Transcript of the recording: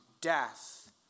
death